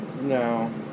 No